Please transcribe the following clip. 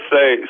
Say